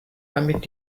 damit